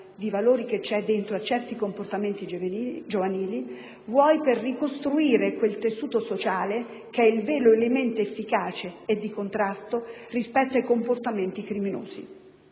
di valori che c'è dentro a certi comportamenti giovanili, vuoi per ricostruire quel tessuto sociale che è il vero elemento efficace e di contrasto rispetto ai comportamenti criminosi.